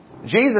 Jesus